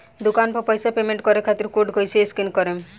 दूकान पर पैसा पेमेंट करे खातिर कोड कैसे स्कैन करेम?